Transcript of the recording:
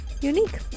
unique